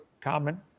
common